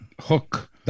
hook